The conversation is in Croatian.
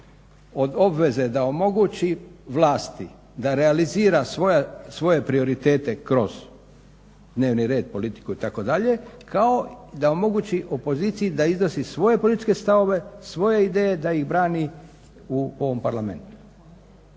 od obaveze da omogući vlasti da realizira svoje prioritete kroz dnevni red, politiku itd. kao i da omogući opoziciji da iznosi svoje političke stavove, svoje ideje, da ih brani u ovom Parlamentu.